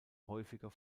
häufiger